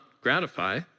gratify